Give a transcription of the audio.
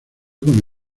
con